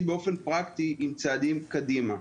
באופן פרקטי עם צעדים קדימה: